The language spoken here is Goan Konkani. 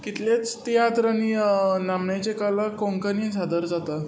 कितलेच तियात्र आनी नामनेचे कला कोंकणीन सादर जाता